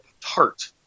tart